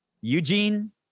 Eugene